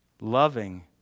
loving